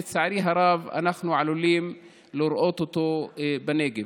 לצערי הרב אנחנו עלולים לראות אותו בנגב.